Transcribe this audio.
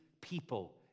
people